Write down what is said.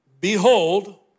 Behold